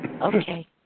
okay